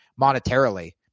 monetarily